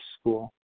school